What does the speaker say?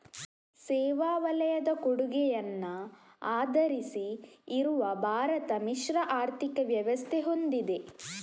ಸೇವಾ ವಲಯದ ಕೊಡುಗೆಯನ್ನ ಆಧರಿಸಿ ಇರುವ ಭಾರತ ಮಿಶ್ರ ಆರ್ಥಿಕ ವ್ಯವಸ್ಥೆ ಹೊಂದಿದೆ